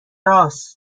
رآس